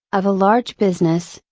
of a large business,